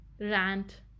rant